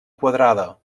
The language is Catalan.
quadrada